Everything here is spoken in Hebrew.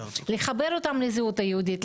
לחבר אותם לזהות היהודית,